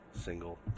single